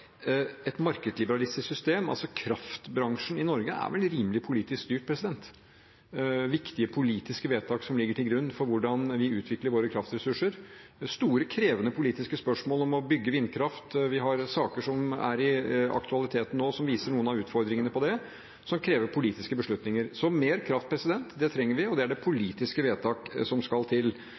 et markedsliberalistisk system, altså kraftbransjen i Norge, vel er rimelig politisk styrt. Det er viktige politiske vedtak som ligger til grunn for hvordan vi utvikler våre kraftressurser. Det er store, krevende politiske spørsmål om å bygge vindkraft. Vi har saker som er aktuelle nå, som viser noen av utfordringene der, og som krever politiske beslutninger. Så vi trenger mer kraft, og der er det politiske vedtak som skal til.